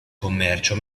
commercio